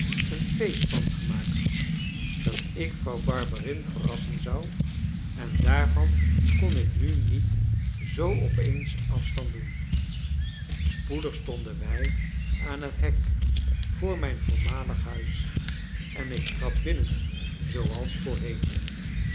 een feest van gemaakt dat ik vrouw barberin verrassen zou en daarvan kon ik nu niet zoo opeens afstand doen spoedig stonden wij aan het hek voor mijn voormalig huis en ik trad binnen zooals voorheen